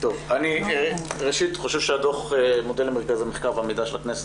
אני ראשית מודה למרכז המחקר והמידע של הכנסת,